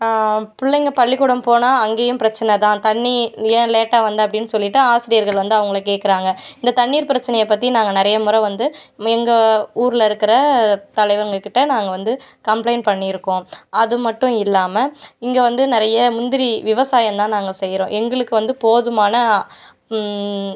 பிள்ளைங்க பள்ளிக்கூடம் போனால் அங்கேயும் பிரச்சின தான் தண்ணி நீ ஏன் லேட்டா வந்த அப்படினு சொல்லிட்டு ஆசிரியர்கள் வந்து அவங்கள கேட்குறாங்க இந்த தண்ணீர் பிரச்சினைய பற்றி நாங்கள் நிறைய முறை வந்து எங்கள் ஊரில் இருக்கிற தலைவர்ங்கக்கிட்ட நாங்கள் வந்து கம்ப்ளைன்ட் பண்ணிருக்கோம் அது மட்டும் இல்லாமல் இங்கே வந்து நிறைய முந்திரி விவசாயம் தான் நாங்கள் செய்கிறோம் எங்களுக்கு வந்து போதுமான